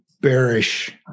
bearish